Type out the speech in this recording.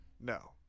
No